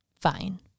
Fine